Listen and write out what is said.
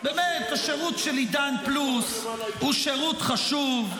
באמת השירות של עידן פלוס הוא שירות חשוב.